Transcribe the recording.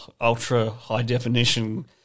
ultra-high-definition